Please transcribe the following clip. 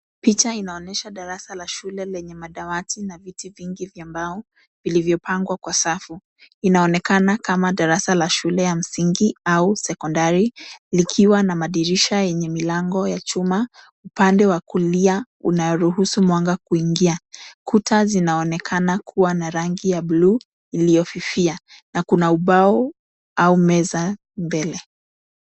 Picha inaonyesha darasa la shule lenye madawati na viti vingi vya mbao vilivyopangwa kwa safu. Inaonekana kama darasa la shule ya msingi au sekondari likiwa na madirisha yenye milango ya chuma, upande wa kulia unaruhusu mwanga kuingia. Kuta zinaonekana kuwa na rangi ya buluu iliyofifia na kuna ubao au meza mbele.